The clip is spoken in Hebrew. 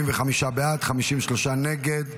45 בעד, 53 נגד.